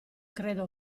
credo